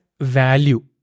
value